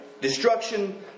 Destruction